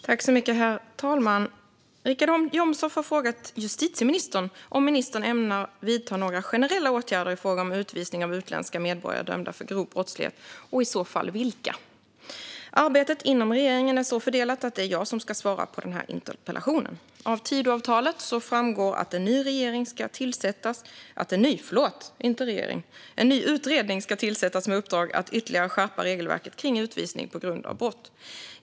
Herr talman! Richard Jomshof har frågat justitieministern om ministern ämnar vidta några generella åtgärder i fråga om utvisning av utländska medborgare dömda för grov brottslighet och i så fall vilka. Arbetet inom regeringen är så fördelat att det är jag som ska svara på interpellationen. Av Tidöavtalet framgår att en ny regering ska tillsättas - det ska vara en ny utredning, inte ny regering, som ska tillsättas - med uppdrag att ytterligare skärpa regelverket för utvisning på grund av brott.